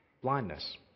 Blindness